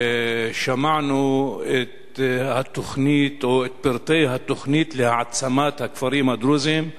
שמענו את פרטי התוכנית להעצמת הכפרים הדרוזיים.